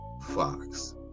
fox